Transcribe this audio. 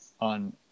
on